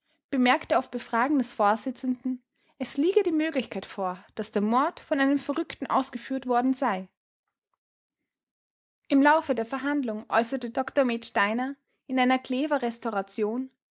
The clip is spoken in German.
bemerkte auf befragen des vorsitzenden es liege die möglichkeit vor daß der mord von einem verrückten ausgeführt worden sei im laufe der verhandlung äußerte dr med steiner in einer